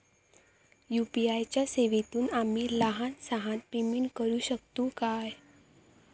UPI च्या सेवेतून आम्ही लहान सहान पेमेंट करू शकतू काय?